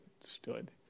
stood